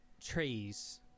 Trees